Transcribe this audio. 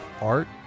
art